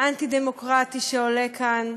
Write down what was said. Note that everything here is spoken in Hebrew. אנטי-דמוקרטי שעולה כאן,